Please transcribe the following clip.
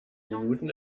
minuten